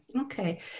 Okay